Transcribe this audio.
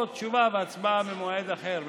או תשובה והצבעה במועד אחר.